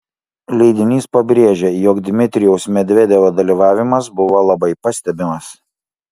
leidinys pabrėžia jog dmitrijaus medvedevo dalyvavimas buvo labai pastebimas